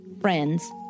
friends